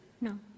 No